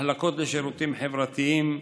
מחלקות לשירותים חברתיים,